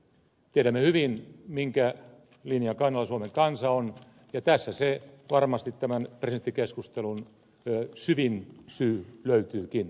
tiedämme hyvin minkä linjan kannalla suomen kansa on ja varmasti presidenttikeskustelun syvin syy löytyykin